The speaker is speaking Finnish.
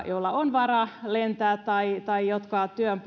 joilla on varaa lentää tai tai jotka työn